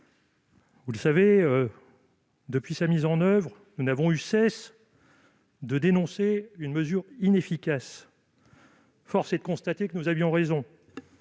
Vous le savez, depuis sa mise en oeuvre, nous n'avons cessé de dénoncer une mesure inefficace. Force est de constater que nous avions raison